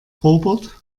robert